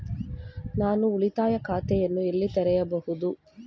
ನಾನು ಉಳಿತಾಯ ಖಾತೆಯನ್ನು ಎಲ್ಲಿ ತೆರೆಯಬಹುದು?